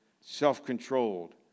self-controlled